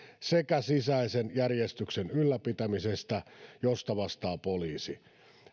sekä sisäisen järjestyksen ylläpitämisestä josta vastaa poliisi